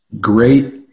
great